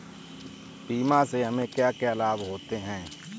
बीमा से हमे क्या क्या लाभ होते हैं?